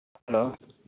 hello